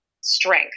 strength